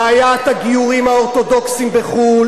בעיית הגיורים האורתודוקסיים בחו"ל